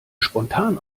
spontan